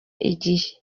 igihe